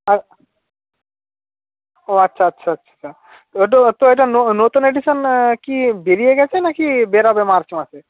আচ ও আচ্ছা আচ্ছা আচ্ছা ও তো ও তো একটা নো নতুন এডিশন কি বেরিয়ে গেছে না কি বেরাবে মার্চ মাসে